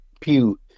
pew